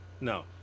no